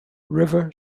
river